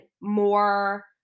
more